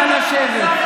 נא לשבת.